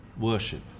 worship